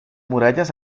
murallas